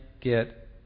get